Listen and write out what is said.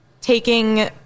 taking –